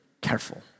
careful